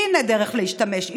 הינה דרך להשתמש,